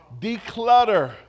declutter